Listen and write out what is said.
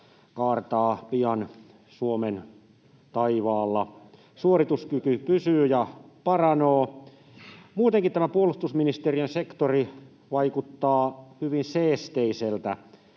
kaartaa pian Suomen taivaalla. Suorituskyky pysyy ja paranee. Muutenkin tämä puolustusministeriön sektori vaikuttaa hyvin seesteiseltä.